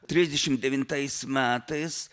trisdešimt devintais metais